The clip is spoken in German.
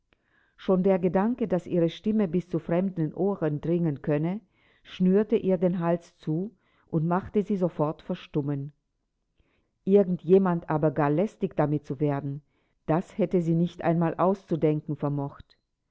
schon der gedanke daß ihre stimme bis zu fremden ohren dringen könne schnürte ihr den hals zu und machte sie sofort verstummen irgend jemand aber gar lästig damit zu werden das hätte sie nicht einmal auszudenken vermocht